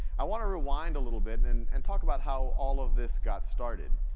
i wanna rewind a little bit and and talk about how all of this got started.